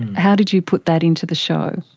how did you put that into the show?